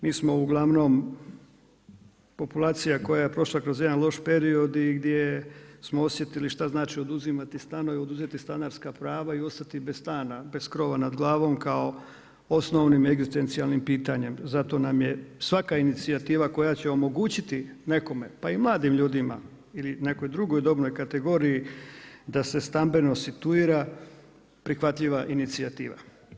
Mi smo uglavnom populacija koja je prošla kroz jedan loš period i gdje smo osjetili što znači oduzimati stanove, oduzeti stanarska prava i ostati bez stana, bez krova nad glavom, kao osnovnim egzistencijalnim pitanjem, zato nam je svaka inicijativa koja će omogućiti nekome, pa i mladim ljudima ili nekoj drugoj dobnoj kategoriji da se stambeno situira, prihvatljiva inicijativa.